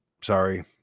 Sorry